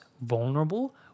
vulnerable